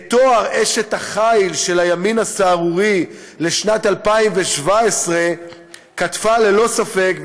את תואר אשת החיל של הימין הסהרורי לשנת 2017 קטפה ללא ספק,